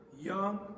young